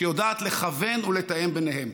שיודעת לכוון ולתאם ביניהם.